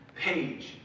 page